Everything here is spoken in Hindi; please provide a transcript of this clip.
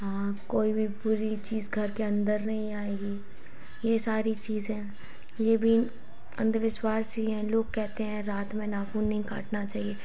हाँ कोई भी बुरी चीज़ घर के अंदर नहीं आएगी ये सारी चीज़ है ये भी अंधविश्वास ही हैं लोग कहते हैं रात में नाखून नहीं काटना चाहिए